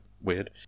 weird